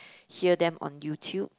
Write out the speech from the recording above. hear them on YouTube